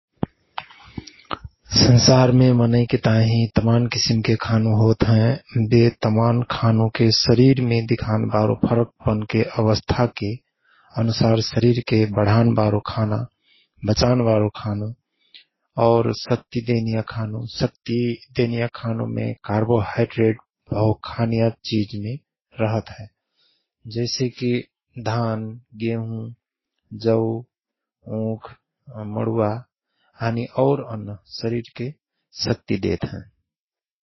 संसारमे मनैके ताहिं तमान किसिमके खानु होत हयं । बे तमान खानुके शरीरमे दिखान बारो फरक पनके अवस्थाके अनुसार शरीर के बढान बारो खाना बचान बारो खाना और शक्ति देनिया खानु । शक्ति देनिया खानुमे कार्बोहाड्रेट भव खानिया चिजके रहत है । जैसे कि धान, गेहुं, जौ, उँख, मणुवा हानी औ अन्न शरीरके शक्ति देत हयं ।